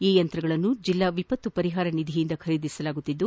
ಈ ಯಂತ್ರಗಳನ್ನು ಜಿಲ್ಲಾ ವಿಪತ್ತು ಪರಿಹಾರ ನಿಧಿಯಿಂದ ಖರೀದಿಸಲಾಗಿದ್ದು